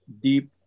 deep